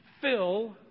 fill